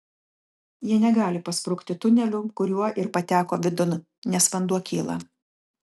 jie negali pasprukti tuneliu kuriuo ir pateko vidun nes vanduo kyla